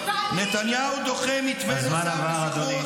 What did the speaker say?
נתניהו דוחה מתווה נוסף לשחרור החטופים -- הזמן עבר,